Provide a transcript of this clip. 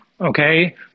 okay